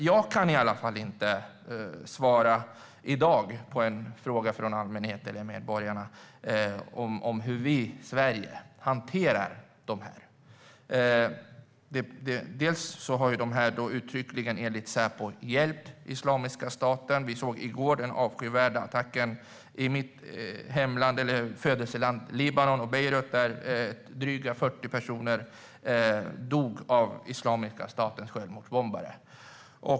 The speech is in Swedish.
Jag kan i alla fall inte i dag svara på en fråga från allmänheten eller medborgarna om hur vi i Sverige hanterar dessa personer. De har enligt Säpo uttryckligen hjälpt Islamiska staten. Vi såg i går den avskyvärda attacken i Beirut i mitt födelseland Libanon där drygt 40 personer dog av Islamiska statens självmordsbombare.